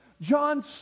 John